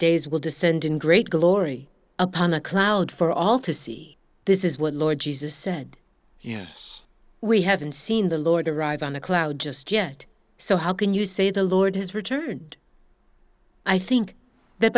days will descend in great glory upon a cloud for all to see this is what lord jesus said you know we haven't seen the lord arrive on a cloud just yet so how can you say the lord has returned i think that